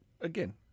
again